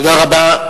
תודה רבה.